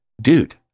dude